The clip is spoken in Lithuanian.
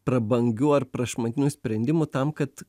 prabangių ar prašmatnių sprendimų tam kad